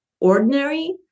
ordinary